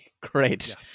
great